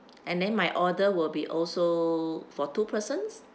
and then my order will be also for two persons